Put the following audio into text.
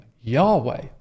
yahweh